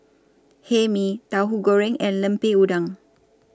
Hae Mee Tauhu Goreng and Lemper Udang